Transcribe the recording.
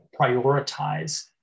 prioritize